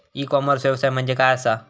E commerce व्यवसाय म्हणजे काय असा?